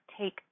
Take